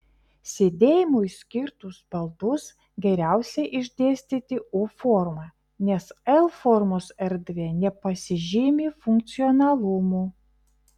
sėdėjimui skirtus baldus geriausia išdėstyti u forma nes l formos erdvė nepasižymi funkcionalumu